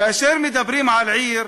כאשר מדברים על עיר,